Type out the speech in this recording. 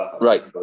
Right